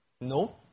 No